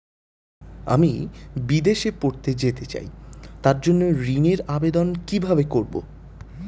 আমি বিদেশে পড়তে যেতে চাই তার জন্য ঋণের আবেদন কিভাবে করব?